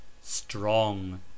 Strong